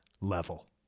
Level